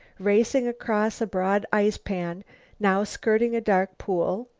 racing across a broad ice-pan, now skirting a dark pool,